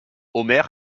omer